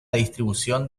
distribución